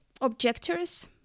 objectors